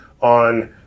on